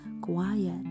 quiet